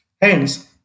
Hence